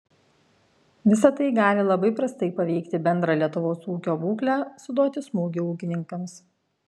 visa tai gali labai prastai paveikti bendrą lietuvos ūkio būklę suduoti smūgį ūkininkams